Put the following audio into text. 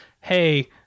Hey